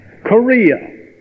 Korea